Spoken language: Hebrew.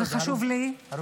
וחשוב לי --- לא,